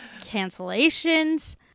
cancellations